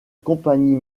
compagnie